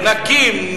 נקים,